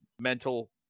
mental